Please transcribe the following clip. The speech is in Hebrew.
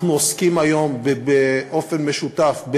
אנחנו עוסקים היום באופן משותף,